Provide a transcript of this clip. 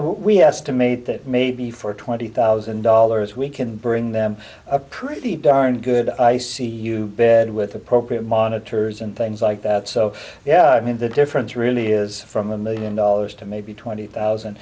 to made that maybe for twenty thousand dollars we can bring them up pretty darn good i see you bed with appropriate monitors and things like that so yeah i mean the difference really is from a million dollars to maybe twenty thousand